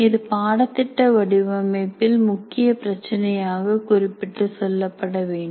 இது பாடத்திட்ட வடிவமைப்பில் முக்கிய பிரச்சனையாக குறிப்பிட்டு சொல்லப்படவேண்டும்